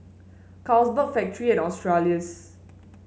Carlsberg Factorie and Australis